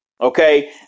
Okay